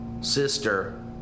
sister